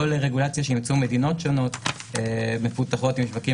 או לרגולציה שאימצו מדינות שונות מפותחות עם שווקים